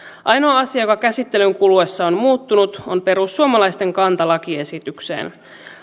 ainoa asia joka käsittelyn kuluessa on muuttunut on perussuomalaisten kanta lakiesitykseen